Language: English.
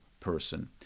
person